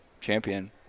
champion